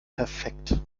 perfekt